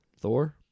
Thor